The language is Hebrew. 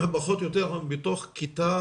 פחות או יותר מתוך כיתה